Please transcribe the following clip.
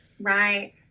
Right